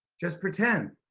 just pretend.